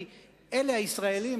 כי אלה הישראלים,